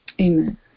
Amen